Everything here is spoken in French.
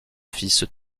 fils